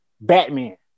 Batman